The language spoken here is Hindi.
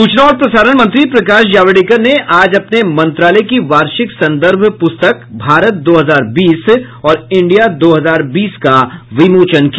सूचना और प्रसारण मंत्री प्रकाश जावड़ेकर ने आज अपने मंत्रालय की वार्षिक संदर्भ पुस्तक भारत दो हजार बीस और इंडिया दो हजार बीस का विमोचन किया